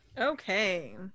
Okay